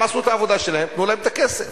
הם עשו את העבודה שלהם, תנו להם את הכסף.